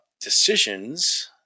decisions –